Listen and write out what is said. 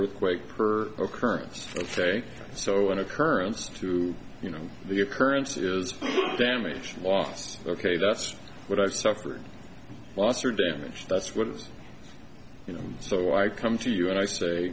earthquake per occurrence ok so an occurrence to you know the occurrence is damage lost ok that's what i've suffered loss or damage that's what you know so i come to you and i say